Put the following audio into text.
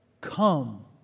come